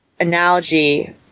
analogy